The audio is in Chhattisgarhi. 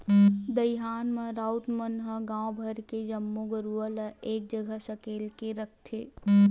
दईहान म राउत मन ह गांव भर के जम्मो गरूवा ल एक जगह सकेल के रखथे